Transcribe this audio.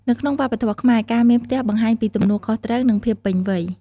នៅក្នុងវប្បធម៌ខ្មែរ ការមានផ្ទះបង្ហាញពីទំនួលខុសត្រូវ និងភាពពេញវ័យ។